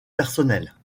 personnelles